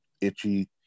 itchy